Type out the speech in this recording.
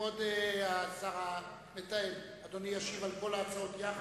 כבוד השר המתאם, אדוני ישיב על כל ההצעות יחד?